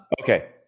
Okay